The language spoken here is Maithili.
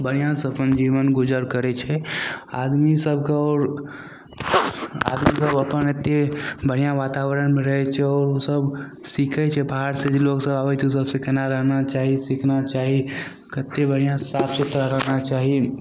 बढ़िआँसँ अपन जीवन गुजर करय छै आदमी सभके आओर आदमी सभ अपन एते बढ़िआँ वातावरणमे रहय छै आओर उ सभ सीखय छै बाहरसँ जे लोग सभ आबय छै उ सभ सिखनाइ रहना चाही सिखना चाही कते बढ़िआँसँ साफ सुथरा रहना चाही